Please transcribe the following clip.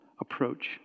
approach